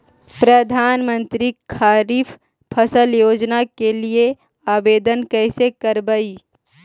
प्रधानमंत्री खारिफ फ़सल योजना के लिए आवेदन कैसे करबइ?